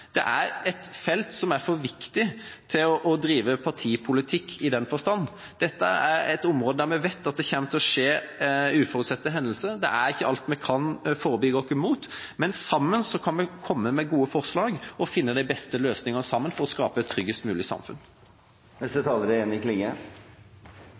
Det er et felt som er for viktig til å drive partipolitikk i den forstand. Dette er et område der vi vet at det kommer til å skje uforutsette hendelser. Det er ikke alt vi kan forebygge, men sammen kan vi komme med gode forslag og finne de beste løsningene for å skape et tryggest mulig samfunn.